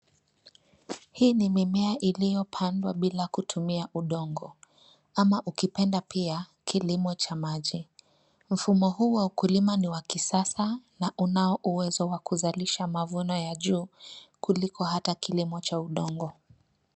Hii ni mimea iliyopandwa bila kutumia udongo, ama ukipenda pia kilimo cha maji. Mfumo huu wa ukulima ni wa kisasa na unao uwezo wa kuzalisha mavuno ya juu kukiko hata kile kilimo cha udongo.